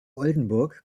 oldenburg